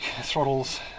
throttles